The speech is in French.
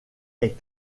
est